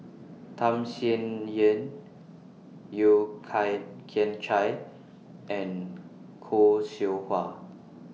Tham Sien Yen Yeo Kian Can Chai and Khoo Seow Hwa